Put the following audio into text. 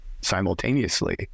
simultaneously